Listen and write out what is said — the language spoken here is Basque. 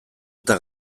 eta